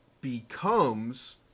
becomes